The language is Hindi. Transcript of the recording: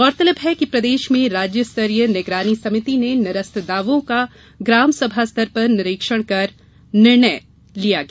गौरतलब है कि प्रदेश में राज्य स्तरीय निगरानी समिति ने निरस्त दावों का ग्राम सभा स्तर पर परीक्षण करने का निर्णय लिया गया